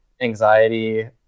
anxiety